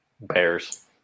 Bears